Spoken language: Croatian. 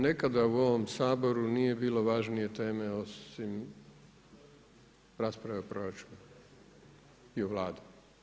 Nekada u ovom Saboru, nije bilo važnije teme osim rasprave o proračunu i o Vladi.